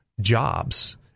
jobs